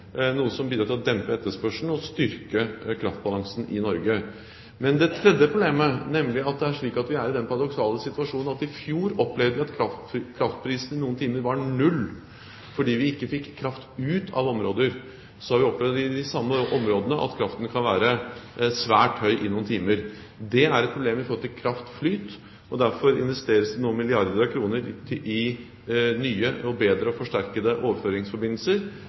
noe som bidrar til å dempe etterspørselen og styrke kraftbalansen i Norge. Når det gjelder det tredje problemet, er vi i den paradoksale situasjon at vi i fjor opplevde at kraftprisene noen timer var null fordi vi ikke fikk kraft ut av områder, nå opplever vi i de samme områdene at kraftprisen kan være svært høy i noen timer. Det er et problem med tanke på kraftflyt, og derfor investeres det nå milliarder av kroner i nye, bedre og forsterkede overføringsforbindelser,